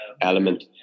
element